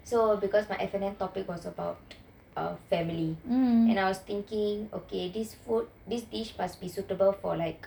so because my F_N_N topic was about family so I was thinking this dish must be suitable for like